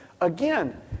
Again